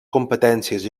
competències